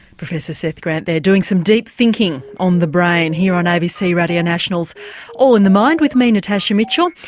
professor seth grant there doing some deep thinking on the brain here on abc radio national's all in the mind with me natasha mitchell.